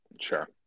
Sure